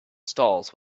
stalls